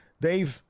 Dave